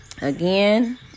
again